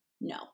no